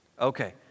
Okay